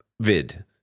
vid